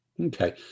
okay